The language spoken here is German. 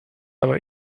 aber